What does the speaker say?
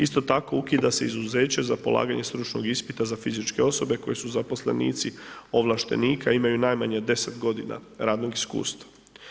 Isto tako, ukida se izuzeće za polaganje stručnog ispita za fizičke osobe koji su zaposlenici ovlaštenika, imaju najmanje 10 godina radnog iskustva.